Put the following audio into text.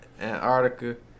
Antarctica